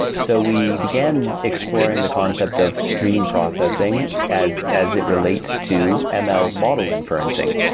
so we began exploring the concept of stream processing as as it relates to ah ml model inferencing.